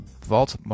Vault